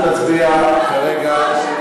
אנחנו נצביע כרגע.